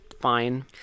fine